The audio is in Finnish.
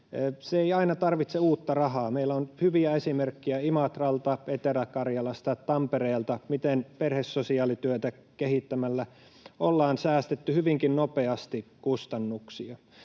se ei aina tarvitse uutta rahaa. Meillä on hyviä esimerkkejä Imatralta, Etelä-Karjalasta ja Tampereelta siitä, miten perhesosiaalityötä kehittämällä ollaan säästetty hyvinkin nopeasti kustannuksia.